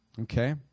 okay